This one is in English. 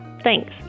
Thanks